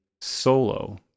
solo